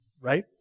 right